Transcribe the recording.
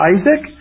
Isaac